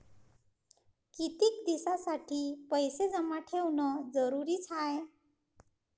कितीक दिसासाठी पैसे जमा ठेवणं जरुरीच हाय?